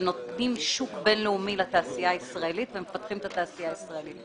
שנותנים שוק בין-לאומי לתעשייה הישראלית ומפתחים את התעשייה הישראלית.